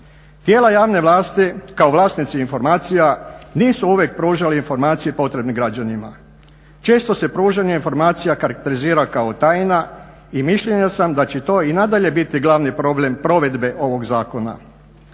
Tijela javne vlasti kao vlasnici informacija nisu uvijek pružali informacije potrebne građanima. Često se pružanje infrastruktura karakterizira kao tajna i mišljenja sam da će to i nadalje biti glavni problem provedbe ovog zakona.